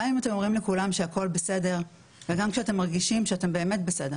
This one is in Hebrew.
גם אם אתם אומרים לכולם שהכול בסדר וגם כשאתם מרגישים שאתם באמת בסדר.